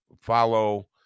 follow